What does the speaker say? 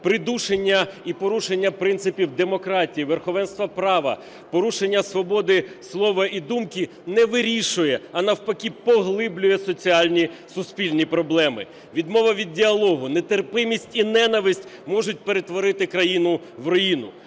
придушення і порушення принципів демократії, верховенства права, порушення свободи слова і думки не вирішує, а навпаки поглиблює соціальні, суспільні проблеми. Відмова від діалогу, нетерпимість і ненависть можуть перетворити країну в руїну.